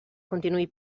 continuï